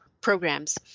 programs